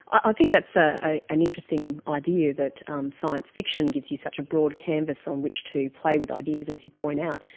i think that's ah an interesting idea, that um science fiction gives you such a broad canvas on which to play with ideas, as you point out.